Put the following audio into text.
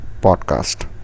podcast